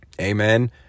Amen